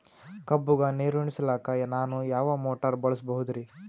ಕಬ್ಬುಗ ನೀರುಣಿಸಲಕ ನಾನು ಯಾವ ಮೋಟಾರ್ ಬಳಸಬಹುದರಿ?